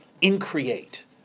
in-create